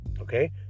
Okay